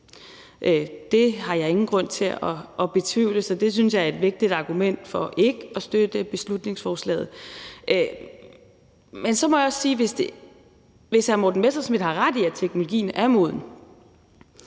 Det har jeg ingen grund til at betvivle, så det synes jeg er et vigtigt argument for ikke at støtte beslutningsforslaget. Men så må jeg også sige, at hvis hr. Morten Messerschmidt har ret i, at teknologien er moden,